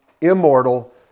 Immortal